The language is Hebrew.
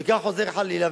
וכך חוזר חלילה.